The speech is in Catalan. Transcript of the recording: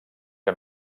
que